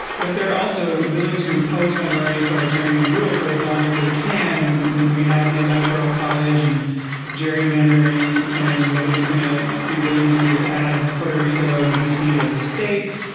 but they're also willing to impose minority authoritarian rule for as long as they can. and when we have the electoral college and gerrymandering and nobody is going to be willing to add puerto rico and dc as states.